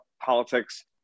politics